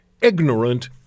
ignorant